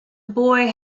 boy